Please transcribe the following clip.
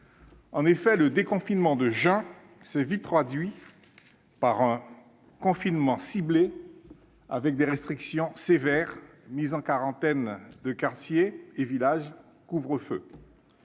En effet, le déconfinement de juin s'est vite traduit par un confinement ciblé, avec des restrictions sévères, comme la mise en quarantaine de quartiers et de villages ou